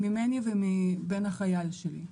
ממני ומהבן החייל שלי.